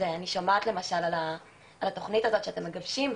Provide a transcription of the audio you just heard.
אז אני שומעת למשל על התכנית הזאת שאתם מגבשים,